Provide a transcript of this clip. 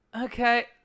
okay